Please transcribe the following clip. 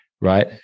right